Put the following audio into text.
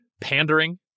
pandering